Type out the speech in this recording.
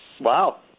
Wow